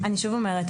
אני שוב אומרת,